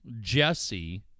Jesse